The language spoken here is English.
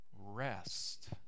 rest